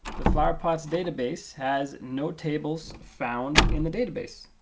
the flowerpots database has no tables found in the database.